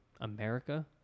America